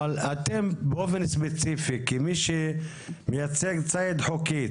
אבל אתם באופן ספציפי כמי שמייצג ציד חוקי,